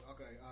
Okay